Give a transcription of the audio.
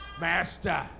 master